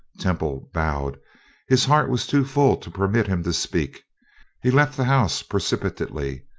temple bowed his heart was too full to permit him to speak he left the house precipitately,